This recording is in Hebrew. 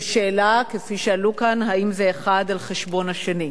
ושאלה, כפי שעלה כאן, אם זה האחד על חשבון השני.